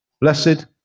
Blessed